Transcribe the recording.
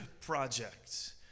project